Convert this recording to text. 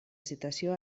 citació